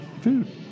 food